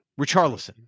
Richarlison